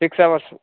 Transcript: six hours